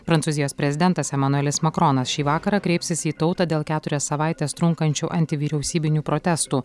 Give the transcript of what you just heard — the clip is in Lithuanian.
prancūzijos prezidentas emanuelis makronas šį vakarą kreipsis į tautą dėl keturias savaites trunkančių antivyriausybinių protestų